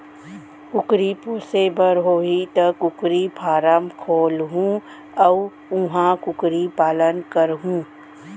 कुकरी पोसे बर होही त कुकरी फारम खोलहूं अउ उहॉं कुकरी पालन करहूँ